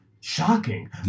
shocking